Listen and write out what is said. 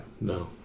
No